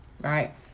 right